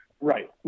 Right